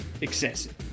excessive